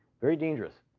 very dangerous.